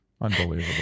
Unbelievable